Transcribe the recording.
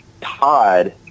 Todd